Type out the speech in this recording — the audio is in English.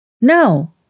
No